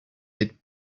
had